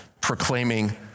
proclaiming